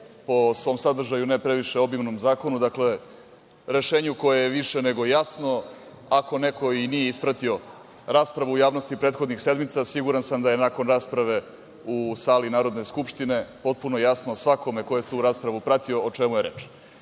po svom sadržaju, ne previše obimnom zakonu, dakle, rešenju koje je više nego jasno. Ako neko nije ispratio raspravu u javnosti prethodnih sedmica, siguran sam da je nakon rasprave u sali Narodne skupštine potpuno jasno svakome ko je tu raspravu pratio o čemu je reč. Da,